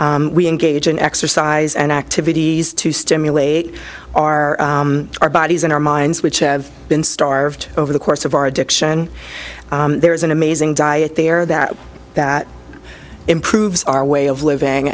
we engage in exercise and activities to stimulate our our bodies and our minds which have been starved over the course of our addiction there is an amazing diet there that that improves our way of living